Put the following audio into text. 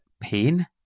pain